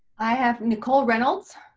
i have nicole reynolds.